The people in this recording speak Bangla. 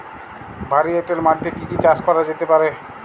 ভারী এঁটেল মাটিতে কি কি চাষ করা যেতে পারে?